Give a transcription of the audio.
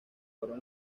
fueron